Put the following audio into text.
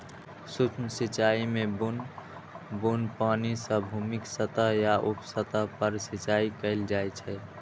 सूक्ष्म सिंचाइ मे बुन्न बुन्न पानि सं भूमिक सतह या उप सतह पर सिंचाइ कैल जाइ छै